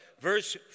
verse